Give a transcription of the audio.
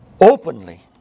openly